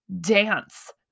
dance